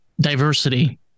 diversity